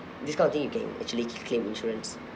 this kind of thing you can actually cl~ claim insurance